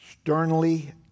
sternly